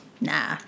Nah